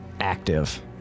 active